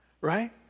right